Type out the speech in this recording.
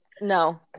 no